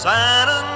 Santa